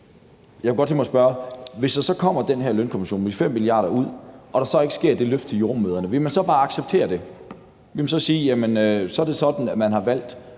Jeg kunne godt tænke mig at spørge: Hvis der så kommer den her lønkompensation med de 5 mia. kr. og der så ikke sker det løft for jordemødrene, vil man så bare acceptere det? Vil man så sige: Jamen så er det sådan, man har valgt